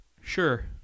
Sure